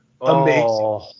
amazing